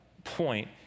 point